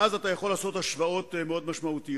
ואז אפשר לעשות השוואות משמעותיות.